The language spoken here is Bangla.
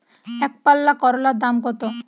একপাল্লা করলার দাম কত?